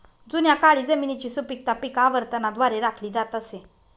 जुन्या काळी जमिनीची सुपीकता पीक आवर्तनाद्वारे राखली जात असे